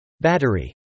Battery